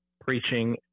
preaching